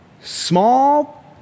small